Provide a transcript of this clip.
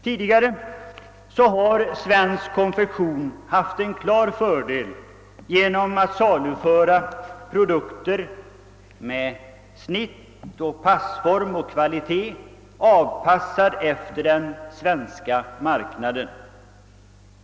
Tidigare har svensk konfektionsindustri haft en klar fördel genom att saluföra produkter med snitt, passform och kvalitet, som avpassats efter den svenska marknaden.